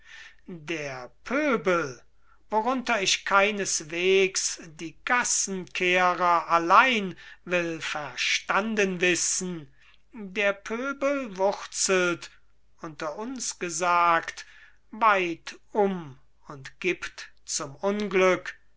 der pöbel worunter ich keineswegs die gassenkehrer allein will verstanden wissen der pöbel wurzelt unter uns gesagt weit um und gibt zum unglück